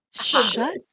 Shut